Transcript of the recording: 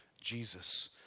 Jesus